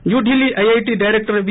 New Delhi IIT director we